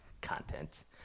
content